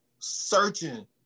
searching